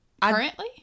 Currently